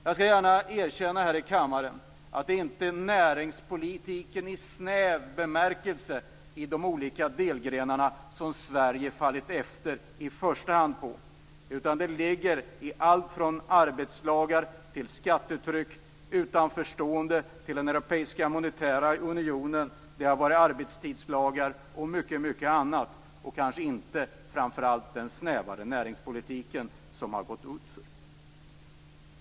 Jag skall gärna här i kammaren erkänna att det inte är i näringspolitiken i snäv bemärkelse i de olika delgrenarna som Sverige fallit efter i första hand, utan det ligger i allt från arbetslagar till skattetryck, utanförstående till den europeiska monetära unionen, arbetstidslagar och mycket annat, kanske inte framför allt den snävare näringspolitiken, som har gått utför.